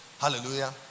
Hallelujah